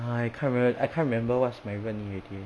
!huh! I can't remember I can't remember what's my 任意 already